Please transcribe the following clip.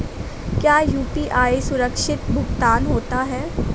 क्या यू.पी.आई सुरक्षित भुगतान होता है?